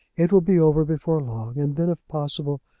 it will be over before long, and then, if possible,